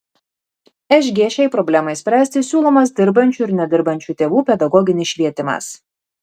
šg šiai problemai spręsti siūlomas dirbančių ir nedirbančių tėvų pedagoginis švietimas